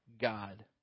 God